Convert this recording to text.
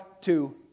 two